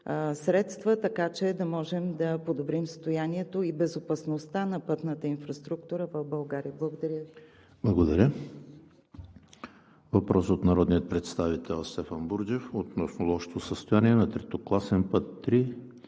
средства, така че да можем да подобрим състоянието и безопасността на пътната инфраструктура в България. Благодаря Ви. ПРЕДСЕДАТЕЛ ЕМИЛ ХРИСТОВ: Благодаря. Въпрос от народния представител Стефан Бурджев относно лошото състояние на третокласен път